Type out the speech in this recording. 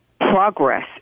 progress